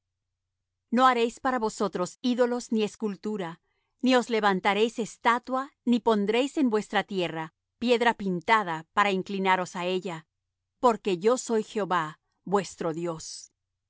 no haréis para vosotros ídolos ni escultura ni os levantaréis estatua ni pondréis en vuestra tierra piedra pintada para inclinaros á ella porque yo soy jehová vuestro dios